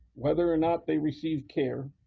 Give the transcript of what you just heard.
whether or not they receive care,